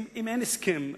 אם אין הסכם,